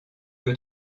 que